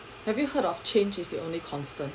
have you heard of change is the only constant